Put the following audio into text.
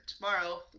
tomorrow